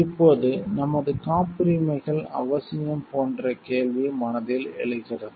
இப்போது நமது காப்புரிமைகள் அவசியம் போன்ற கேள்வி மனதில் எழுகிறது